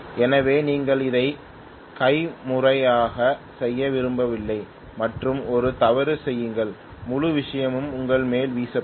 எனவே நீங்கள் அதை கைமுறையாக செய்ய விரும்பவில்லை மற்றும் ஒரு தவறு செய்யுங்கள் முழு விஷயமும் உங்கள் மேல் வீசப்படும்